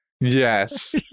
yes